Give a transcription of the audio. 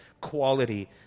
quality